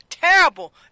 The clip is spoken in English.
Terrible